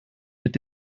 mit